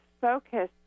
focus